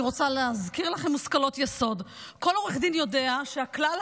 אני רוצה להזכיר לכם מושכלות יסוד: כל עורך דין יודע שהכלל